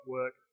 work